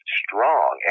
strong